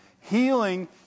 Healing